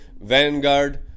Vanguard